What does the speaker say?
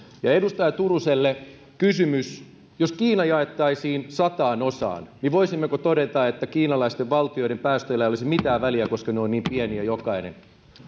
edustaja turuselle kysymys jos kiina jaettaisiin sataan osaan niin voisimmeko todeta että kiinalaisten valtioiden päästöillä ei olisi mitään väliä koska ne ovat niin pieniä jokainen